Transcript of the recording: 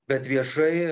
bet viešai